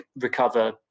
recover